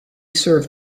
serve